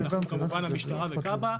שזה כמובן המשטרה וכב"ה.